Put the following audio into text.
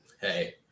Hey